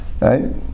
right